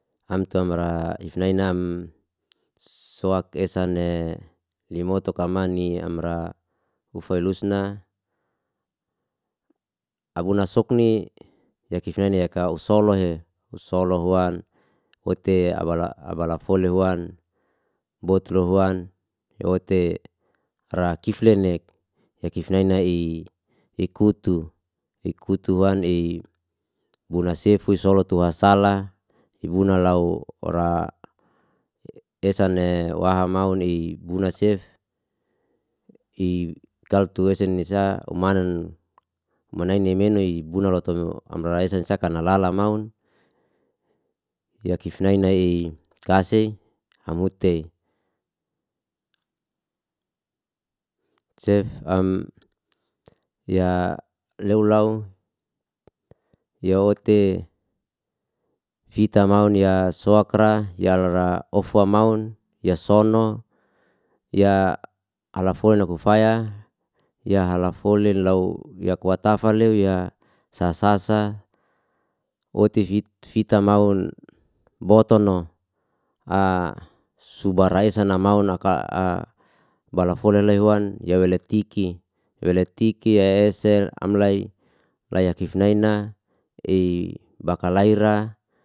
Amtua mara ifnai nam soak esan e limoto kamani amra ufai lusna abuna sukni yakif nei yaka usolo he usolo huan ote abala abala fole huan botlo huan ote rakiflen nek yakif neina i kutu i kutuan i bulasefu solo tuwasala i buna lau ra esan ne waha maun i buna sef i kaltu wesan ni sa umanan manai i ni menu i buna ra to amra i saisaka na lala maun yakif nai nai i kase amut'te sef am ya leu lau yo ote fita maun ya soak ra yalra ofa maun ya sono ya alafono kufaya ya hala fole lau ya kuatafa leo ya sa sa sa ote fit fita maun boton no a subaraisa na mau naka a bala folen lehwan yawaletiki waletiki ese amlay layak ifek naina i bakalai ra